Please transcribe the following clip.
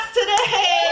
today